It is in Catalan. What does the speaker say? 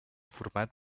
format